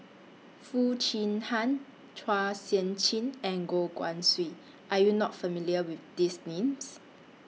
Foo Chee Han Chua Sian Chin and Goh Guan Siew Are YOU not familiar with These Names